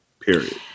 period